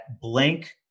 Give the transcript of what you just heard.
blank